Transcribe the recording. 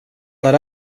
där